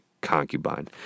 concubine